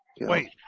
wait